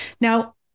Now